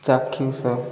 ଚାକ୍ଷୁଷ